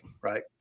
Right